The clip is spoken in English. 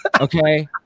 okay